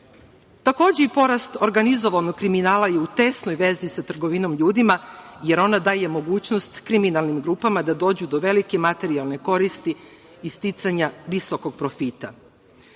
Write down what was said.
Takođe i porast organizovanog kriminala je u tesnoj vezi sa trgovinom ljudima, jer ona daje mogućnost kriminalnim grupama da dođu do velike materijalne koristi i sticanja visokog